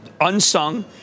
unsung